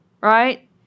Right